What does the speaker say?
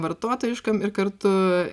vartotojiškam ir kartu